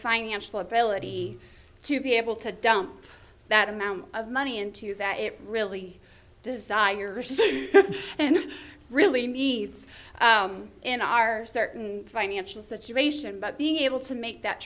financial ability to be able to dump that amount of money into that it really desire city and really needs in our certain financial situation but being able to make that